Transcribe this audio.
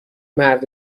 مرد